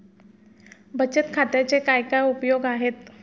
बचत खात्याचे काय काय उपयोग आहेत?